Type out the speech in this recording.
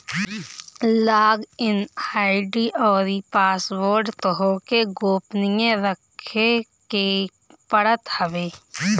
log in ID अउरी password तोहके गोपनीय रखे के पड़त हवे